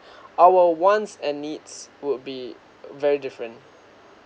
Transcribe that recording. our wants and needs would be very different